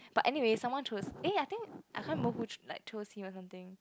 but anyway someone choose eh I think I can't remember who like chose him or something